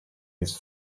his